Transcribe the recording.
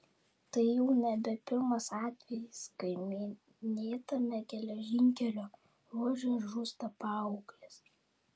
tai jau nebe pirmas atvejis kai minėtame geležinkelio ruože žūsta paauglės